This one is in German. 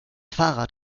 fahrrad